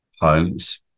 homes